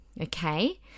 Okay